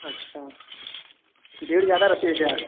अच्छा भीड़ ज्यादा रहती है क्या